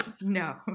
No